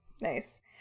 Nice